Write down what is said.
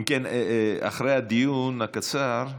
אם כן, אחרי הדיון הקצר,